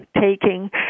taking